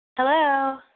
Hello